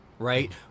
right